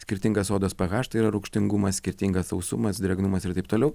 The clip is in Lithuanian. skirtingas odos p haš tai yra rūgštingumas skirtingas sausumas drėgnumas ir taip toliau